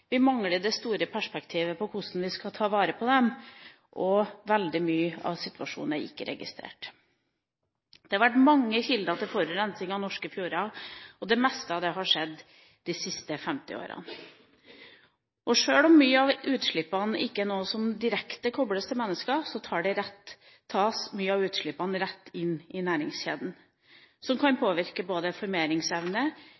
Vi mangler det store perspektivet på hvordan vi skal ta vare på dem, og veldig mye av situasjonen er ikke registrert. Det har vært mange kilder til forurensing av norske fjorder, og det meste av det har skjedd de siste 50 årene. Sjøl om mye av utslippene ikke er noe som direkte kobles til mennesker, tas mye av utslippene rett inn i næringskjeden, noe som kan